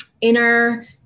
inner